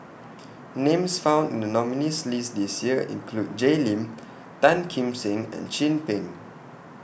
Names found in The nominees' list This Year include Jay Lim Tan Kim Seng and Chin Peng